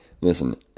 Listen